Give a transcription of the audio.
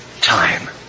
time